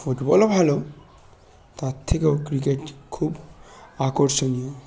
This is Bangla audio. ফুটবলও ভালো তার থেকেও ক্রিকেট খুব আকর্ষণীয়